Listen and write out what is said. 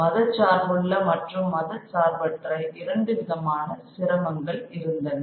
மதச் சார்புள்ள மற்றும் மதச்சார்பற்ற இரண்டு விதமான சிரமங்கள் இருந்தன